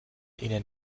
ihnen